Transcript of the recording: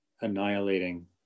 annihilating